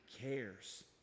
cares